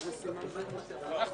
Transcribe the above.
אנחנו